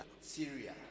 Syria